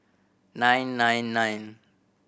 nine nine nine